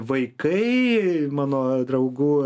vaikai mano draugų